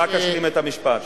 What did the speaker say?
אני רק אשלים את המשפט.